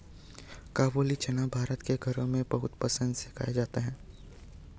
काबूली चना भारत के घरों में बहुत पसंद से खाया जाता है